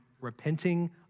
repenting